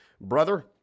Brother